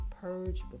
purge